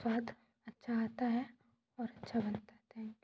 स्वाद अच्छा आता है और अच्छा बन पाते हैं